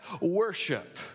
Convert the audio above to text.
worship